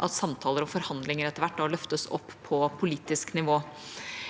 at samtaler og forhandlinger etter hvert løftes opp på politisk nivå.